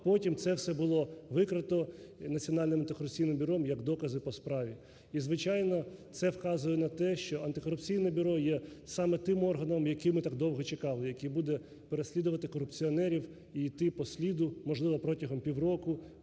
Потім це все було викрито Національним антикорупційним бюро як докази по справі. І, звичайно, це вказує на те, що Антикорупційне бюро є саме тим органом, який ми так довго чекали, який буде переслідувати корупціонерів і йти по сліду, можливо, протягом півроку,